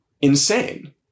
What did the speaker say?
insane